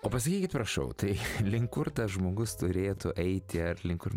o pasakykit prašau tai link kur tas žmogus turėtų eiti ar link kur